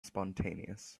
spontaneous